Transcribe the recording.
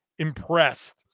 impressed